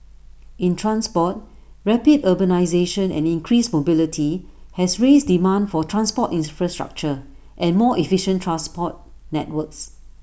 in transport rapid urbanisation and increased mobility has raised demand for transport infrastructure and more efficient transport networks